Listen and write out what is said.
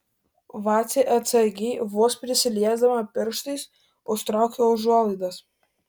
vacė atsargiai vos prisiliesdama pirštais užtraukia užuolaidas